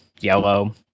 yellow